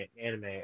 anime